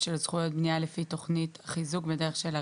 של זכויות בנייה לפי תוכנית חיזוק בדרך של הריסה.